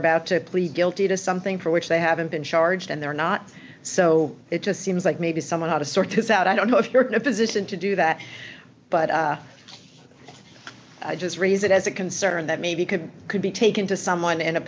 about to plead guilty to something for which they haven't been charged and they're not so it just seems like maybe someone had to sort this out i don't know if you're in a position to do that but just raise it as a concern that maybe could could be taken to someone in a